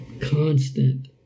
constant